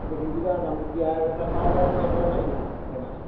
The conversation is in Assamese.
গোটেই দিনটোৰ কাৰণে যাম যেতিয়া আৰু এটা খাৱা লৱা কৰি একেলগে মাৰিম আৰু তাতে মাছ